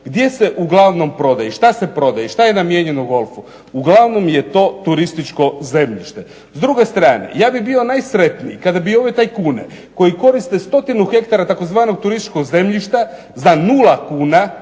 gdje se uglavnom prodaje, i šta se prodaje i šta je namijenjeno golfu? Uglavnom je to turističko zemljište. S druge strane, ja bih bio najsretniji kada bi ove tajkune koji koriste stotinu hektara tzv. turističkog zemljišta za nula kuna